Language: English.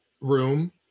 room